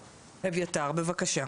בבקשה.